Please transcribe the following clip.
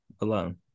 alone